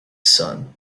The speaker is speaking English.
sun